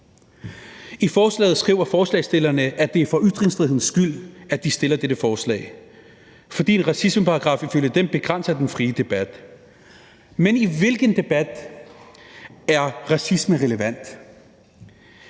I forslaget skriver forslagsstillerne, at det er for ytringsfrihedens skyld, at de fremsætter dette forslag, fordi en racismeparagraf ifølge dem begrænser den frie debat. Men i hvilken debat er racisme relevant?